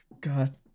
god